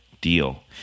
deal